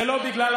זה לא בגלל,